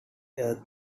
earth